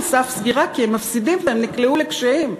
סף סגירה כי הם מפסידים והם נקלעו לקשיים.